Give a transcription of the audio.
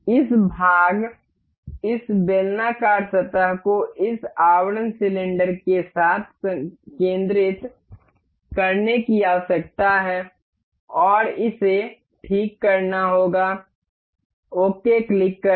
इस भाग इस बेलनाकार सतह को इस आवरण सिलेंडर के साथ केंद्रित करने की आवश्यकता है और इसे ठीक करना होगा ओके क्लिक करें